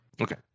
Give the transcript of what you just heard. okay